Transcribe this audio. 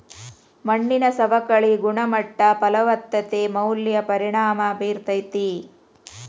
ಮಣ್ಣಿನ ಸವಕಳಿ ಗುಣಮಟ್ಟ ಫಲವತ್ತತೆ ಮ್ಯಾಲ ಪರಿಣಾಮಾ ಬೇರತತಿ